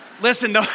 Listen